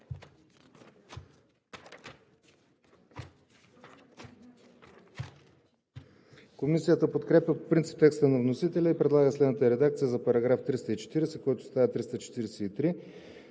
Комисията подкрепя по принцип текста на вносителя и предлага следната редакция за § 340, който става § 343: